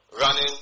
running